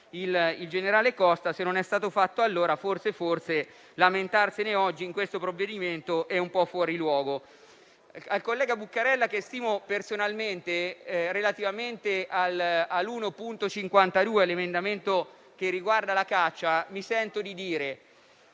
il generale Costa. Se non è stato fatto allora, forse lamentarsene oggi, durante la discussione di questo provvedimento è un po' fuori luogo. Al collega Buccarella, che stimo personalmente, relativamente all'emendamento 1.52 che riguarda la caccia, mi sento di dire